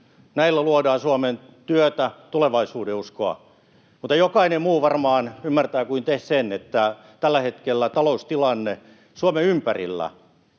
Näillä luodaan Suomeen työtä ja tulevaisuudenuskoa, mutta jokainen muu kuin te varmaan ymmärtää sen, että tällä hetkellä taloustilanne Suomen ympärillä